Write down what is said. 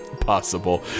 possible